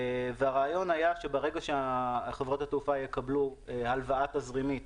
הרעיון היה שברגע שחברות התעופה יקבלו הלוואה תזרימית